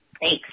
Thanks